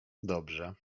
dobrze